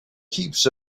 keeps